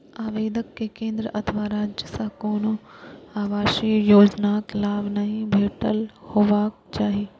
आवेदक कें केंद्र अथवा राज्य सं कोनो आवासीय योजनाक लाभ नहि भेटल हेबाक चाही